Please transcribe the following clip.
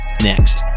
next